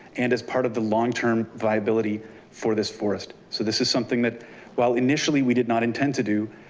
and as part of the longterm viability for this forest. so this is something that while initially we did not intend to do,